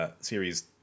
Series